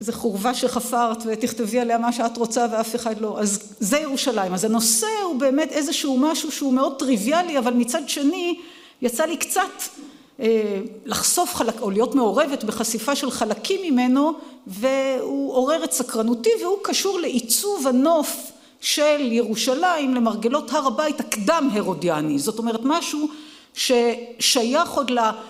איזה חורבה שחפרת ותכתבי עליה מה שאת רוצה ואף אחד לא, אז זה ירושלים. אז הנושא הוא באמת איזשהו משהו שהוא מאוד טריוויאלי, אבל מצד שני, יצא לי קצת לחשוף חלק, או להיות מעורבת בחשיפה של חלקים ממנו, והוא עורר את סקרנותי והוא קשור לעיצוב הנוף של ירושלים, למרגלות הר הבית הקדם הרודיאני. זאת אומרת, משהו ששייך עוד ל...